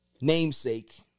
namesake